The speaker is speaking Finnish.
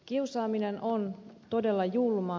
kiusaaminen on todella julmaa